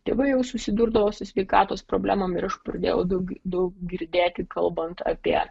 tėvai jau susidurdavo su sveikatos problemom ir aš pradėjau daug daug girdėti kalbant apie